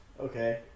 Okay